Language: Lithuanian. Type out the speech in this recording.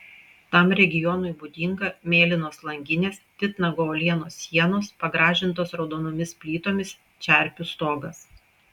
tam regionui būdinga mėlynos langinės titnago uolienos sienos pagražintos raudonomis plytomis čerpių stogas